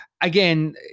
again